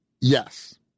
Yes